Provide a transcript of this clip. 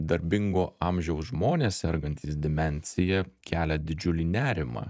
darbingo amžiaus žmonės sergantys demencija kelia didžiulį nerimą